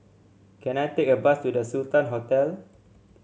can I take a bus to The Sultan Hotel